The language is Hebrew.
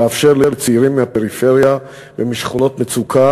לאפשר לצעירים מהפריפריה ומשכונות מצוקה